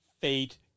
fate